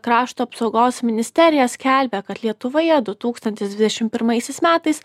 krašto apsaugos ministerija skelbia kad lietuvoje du tūkstantis dvidešim pirmais metais